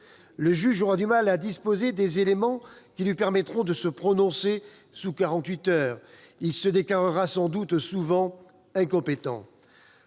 Le juge aura du mal à disposer des éléments qui lui permettront de se prononcer sous quarante-huit heures. Il se déclarera sans doute souvent incompétent.